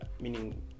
meaning